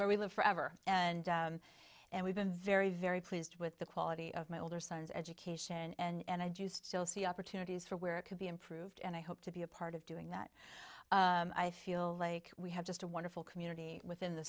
where we live forever and and we've been very very pleased with the quality of my older son's education and i do still see opportunities for where it could be improved and i hope to be a part of doing that i feel like we have just a wonderful community within the